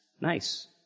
nice